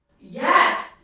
Yes